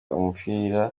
umupira